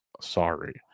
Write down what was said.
Sorry